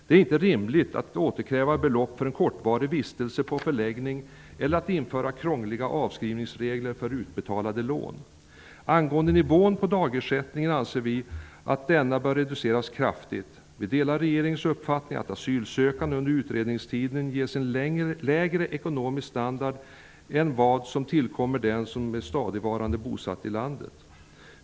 Det är inte rimligt att återkräva belopp för en kortvarig vistelse på förläggning eller att införa krångliga avskrivningsregler för utbetalade lån. Nivån på dagersättningen anser vi bör reduceras kraftigt. Vi delar regeringens uppfattning att asylsökande under utredningstiden bör ges en lägre ekonomisk standard än vad som tillkommer den som är stadigvarande bosatt i landet.